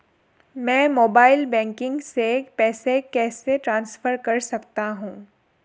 मैं mobile banking से पैसे कैसे ट्रांसफर कर सकता हूं?